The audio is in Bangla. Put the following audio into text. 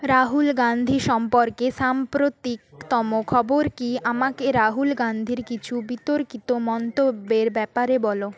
রাহুল গান্ধী সম্পর্কে সাম্প্রতিকতম খবর কী আমাকে রাহুল গান্ধীর কিছু বিতর্কিত মন্তব্যের ব্যাপারে বলো